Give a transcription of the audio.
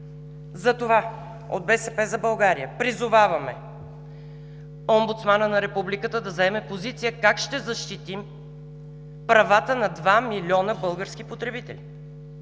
Затова от „БСП за България“ призоваваме омбудсмана на Републиката да заеме позиция как ще защитим правата на два милиона български потребители!